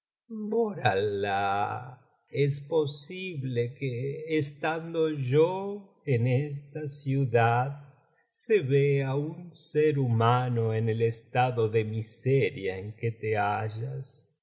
por alah es posible que estando yo en esta ciudad se vea un ser humano en el estado de miseria en que te hallas